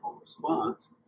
response